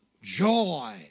Joy